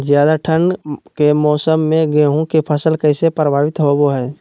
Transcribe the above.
ज्यादा ठंड के मौसम में गेहूं के फसल कैसे प्रभावित होबो हय?